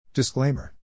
Disclaimer